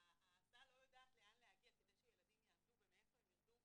ההסעה לא יודעת לאן להגיע כדי שהילדים יעמדו ומאיפה הם יירדו.